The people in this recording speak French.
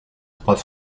trois